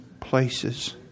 places